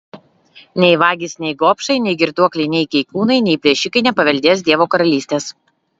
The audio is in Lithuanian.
nei vagys nei gobšai nei girtuokliai nei keikūnai nei plėšikai nepaveldės dievo karalystės